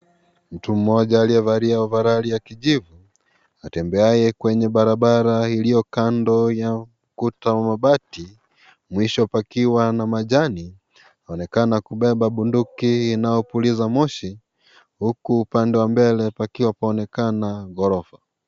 Mtu mmoja aliyevalia ovaroli ya kijivu atembeaye kwenye barabara iliyo kando ya kuta wa mabati, mwisho pakiwa na majani. Huonekana kubeba bunduki inaopuliza moshi huku upande wa mbele pakiwa paonekana ghorofa.